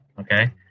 okay